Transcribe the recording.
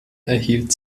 erhielt